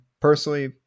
Personally